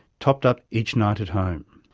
topped up each night at home.